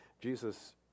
Jesus